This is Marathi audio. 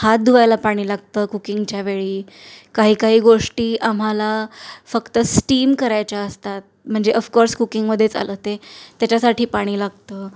हात धुवायला पाणी लागतं कुकिंगच्या वेळी काही काही गोष्टी आम्हाला फक्त स्टीम करायच्या असतात म्हणजे अफकोर्स कुकिंगमध्येच आलं ते त्याच्यासाठी पाणी लागतं